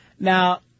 Now